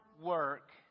work